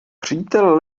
přítel